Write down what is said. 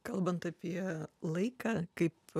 kalbant apie laiką kaip